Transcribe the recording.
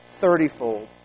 thirtyfold